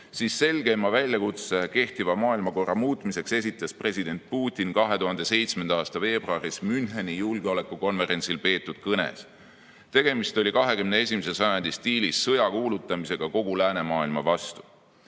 siis selgeima väljakutse kehtiva maailmakorra muutmiseks esitas president Putin 2007. aasta veebruaris Müncheni julgeolekukonverentsil peetud kõnes. Tegemist oli 21. sajandi stiilis sõja kuulutamisega kogu läänemaailma